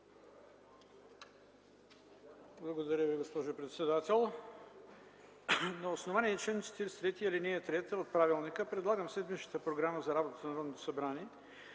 Благодаря Ви, госпожо председател. На основание чл. 43, ал. 3 от правилника предлагам в седмичната програма за работата на Народното събрание